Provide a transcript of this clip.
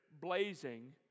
blazing